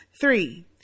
Three